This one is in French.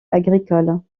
agricoles